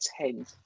ten